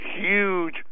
huge